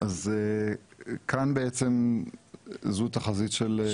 אז כאן זו בעצם תחזית של חברות הגז.